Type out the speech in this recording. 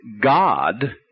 God